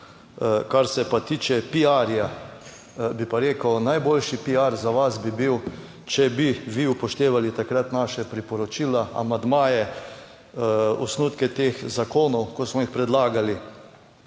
Kar se pa tiče piarja bi pa rekel, najboljši piar za vas bi bil, če bi vi upoštevali takrat naša priporočila, amandmaje, osnutke teh zakonov, ki smo jih predlagali